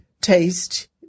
taste